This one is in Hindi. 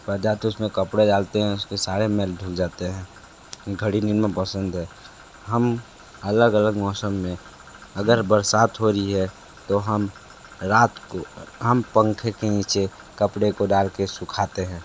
उस में कपड़े डालते हैं उसके सारे मैल धुल जाते हैं घड़ी निरमा पसंद है हम अलग अलग मौसम में अगर बरसात हो रही है तो हम रात को हम पंखे के नीचे कपड़े को डाल कर सुखाते हैं